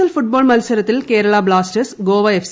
L football മത്സരത്തിൽ Kerala Blasters Goa F